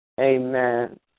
Amen